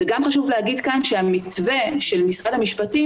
ולמה לא יצא בסגר השני מכתב כמו שהוצאתם בסגר הראשון?